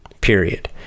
period